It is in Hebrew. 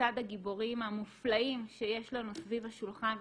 שלצד הגיבורים המופלאים שיש לנו סביב השולחן,